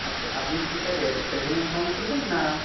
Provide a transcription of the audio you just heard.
আচ্ছা আপনি কী স্যার সেভিং অ্যাকাউন্ট খুলবে না